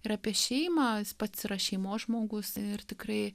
ir apie šeimą jis pats yra šeimos žmogus ir tikrai